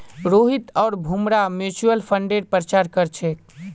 रोहित आर भूमरा म्यूच्यूअल फंडेर प्रचार कर छेक